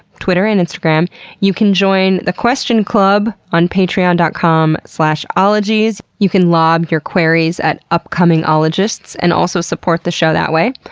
and and so like um you can join the question club on patreon dot com slash ologies. you can lob your queries at upcoming ologists and also support the show that way.